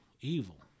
evil